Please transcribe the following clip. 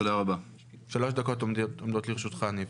ניב, שלוש דקות עומדות לרשותך.